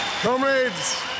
Comrades